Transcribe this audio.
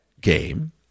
game